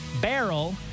barrel